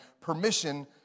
permission